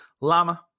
Lama